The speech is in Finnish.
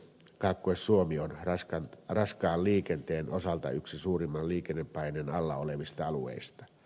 kaakkois suomi on raskaan liikenteen osalta yksi suurimman liikennepaineen alla olevista alueista